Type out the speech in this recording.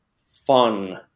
fun